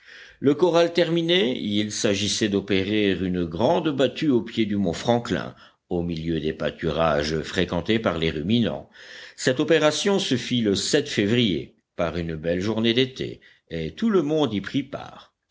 le corral terminé il s'agissait d'opérer une grande battue au pied du mont franklin au milieu des pâturages fréquentés par les ruminants cette opération se fit le février par une belle journée d'été et tout le monde y prit part